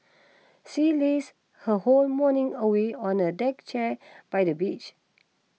she lazed her whole morning away on a deck chair by the beach